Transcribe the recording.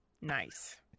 Nice